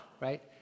right